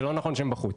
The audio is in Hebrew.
זה לא נכון שהם בחוץ.